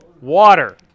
Water